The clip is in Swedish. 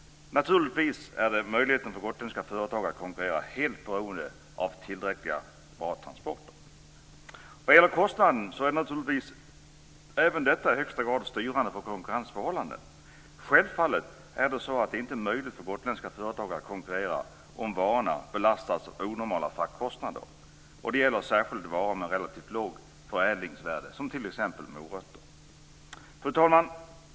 Naturligtvis är möjligheten för gotländska företag att konkurrera helt beroende av tillräckligt bra transporter. Naturligtvis är även kostnaden i högsta grad styrande för konkurrensförhållandena. Självfallet är det inte möjligt för gotländska företag att konkurrera om varorna belastas av onormala fraktkostnader. Det gäller särskilt varor med relativt lågt förädlingsvärde, t.ex. morötter. Fru talman!